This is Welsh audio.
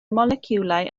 moleciwlau